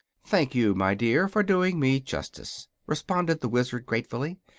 thank you, my dear, for doing me justice, responded the wizard, gratefully.